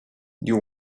you